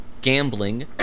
gambling